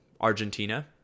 Argentina